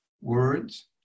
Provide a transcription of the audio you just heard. words